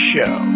Show